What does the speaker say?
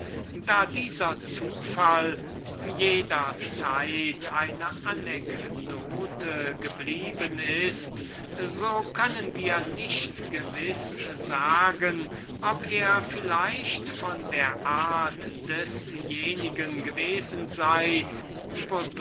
da dieser zufall jederzeit eine anekdote geblieben ist so können wir nicht gewiß sagen ob es wie einige sicilianische geschichtschreiber vorgeben der nämliche gewesen